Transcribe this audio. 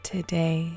Today